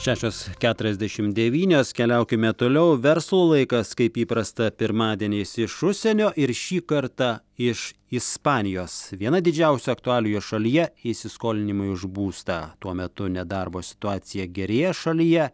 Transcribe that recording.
šešios keturiasdešim devynios keliaukime toliau verslo laikas kaip įprasta pirmadieniais iš užsienio ir šį kartą iš ispanijos viena didžiausių aktualijų šalyje įsiskolinimai už būstą tuo metu nedarbo situacija gerėja šalyje